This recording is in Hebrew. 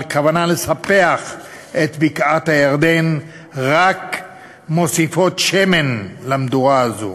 כוונה לספח את בקעת-הירדן רק מוסיפות שמן למדורה הזאת.